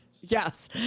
Yes